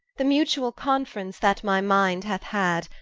the mutuall conference that my minde hath had,